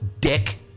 dick